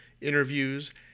interviews